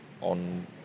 on